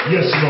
Yes